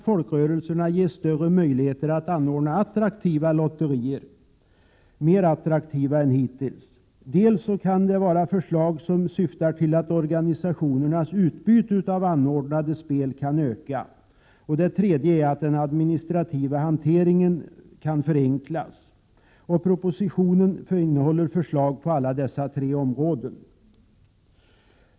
Folkrörelserna kan för det första ges möjlighet att anordna mer attraktiva lotterier än hittills. För det andra kan organisationernas utbyte av anordnade spel öka. För det tredje kan den administrativa hanteringen av lotterier och spel förenklas. Propositionen innehåller förslag på samtliga dessa tre områden.